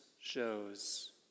shows